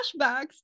flashbacks